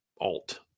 alt